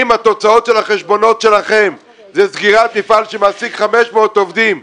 אם התוצאות של החשבונות שלכם זה סגירת מפעל שמעסיק 500 עובדים,